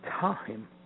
time